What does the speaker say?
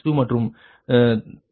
62 மற்றும் 13188